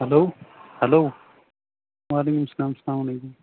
hello hello وعلیکُم اسلام اسَلام علیکُم